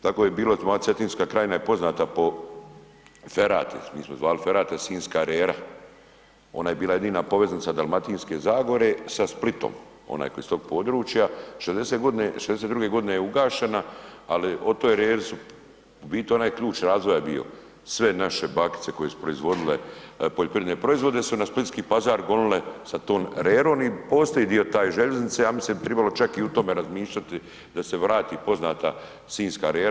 Tako je bilo moja Cetinska krajina je poznata po ferati, mi smo je zvali ferata Sinjska rera, ona je bila jedina poveznica Dalmatinske zagore sa Splitom, onaj tko je iz tog područja. '62. godine je ugašena u biti ona je ključ razvoja bio, sve naše bakice koje su proizvodile poljoprivredne proizvode su na splitski Pazar gonile sa tom rerom i postoji dio te željeznice, ja mislim da bi tribalo i u tome razmišljati da se vrati poznata Sinjska rera.